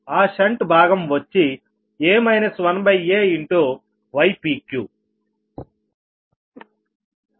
ఆ షంట్ భాగం వచ్చి a 1aypq